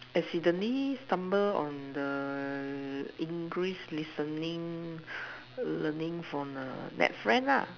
accidentally stumble on the English listening learning from err that friend lah